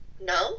no